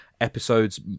episodes